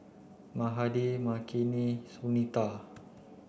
Mahade Makineni Sunita